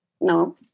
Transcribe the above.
No